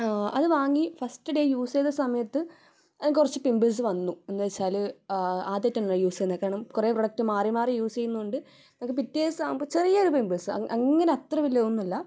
ആ അത് വാങ്ങി ഫസ്റ്റ് ഡേ യൂസ് ചെയ്ത സമയത്ത് കുറച്ച് പിമ്പിൾസ് വന്നു എന്ന് വച്ചാൽ ആദ്യമായിട്ടാണല്ലോ യൂസ് ചെയ്യുന്നത് കാരണം കുറേ പ്രോഡക്റ്റ് മാറി മാറി യൂസ് ചെയ്യുന്നതുകൊണ്ട് നമുക്ക് പിറ്റേ ദിവസമാകുമ്പോൾ ചെറിയൊരു പിമ്പിൽസ് അങ്ങനെ അത്ര വല്യതൊന്നുമല്ല